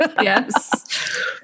yes